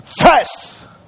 first